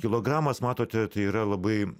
kilogramas matote tai yra labai